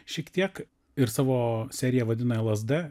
šiek tiek ir savo seriją vadina lazda